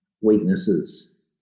weaknesses